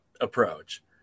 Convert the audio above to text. approach